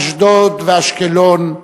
אשדוד ואשקלון,